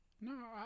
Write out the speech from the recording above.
no